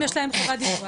אם יש להם חובת דיווח...